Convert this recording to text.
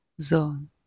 zone